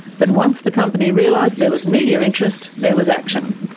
but once the company realised there was media interest, there was action.